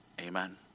Amen